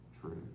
true